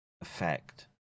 effect